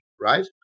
Right